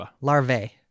larvae